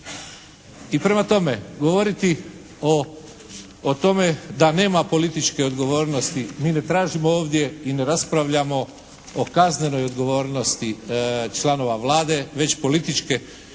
I prema tome govoriti o tome da nema političke odgovornosti. Mi ne tražimo ovdje i ne raspravljamo o kaznenoj odgovornosti članova Vlade već političkoj